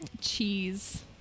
cheese